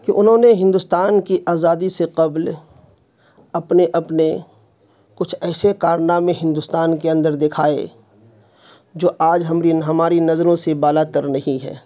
کہ انہوں نے ہندوستان کی آزادی سے قبل اپنے اپنے کچھ ایسے کارنامے ہندوستان کے اندر دکھائے جو آج ہماری نظروں سے بالا تر نہیں ہے